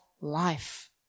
life